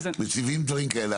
מציבים דברים כאלה,